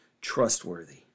trustworthy